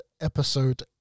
Episode